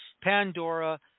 Pandora